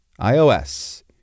iOS